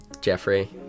Jeffrey